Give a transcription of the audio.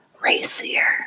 racier